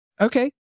Okay